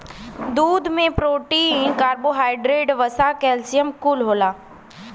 दूध में protein, carbohydrate, वसा, कैल्सियम कुल होला